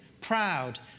proud